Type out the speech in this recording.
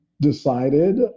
decided